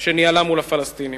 שניהלה עם הפלסטינים.